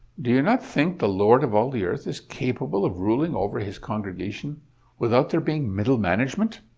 do you not think the lord of all the earth is capable of ruling over his congregation without there being middle management